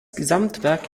gesamtwerk